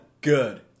Good